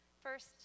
First